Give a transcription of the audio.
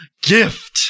gift